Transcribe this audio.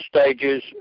stages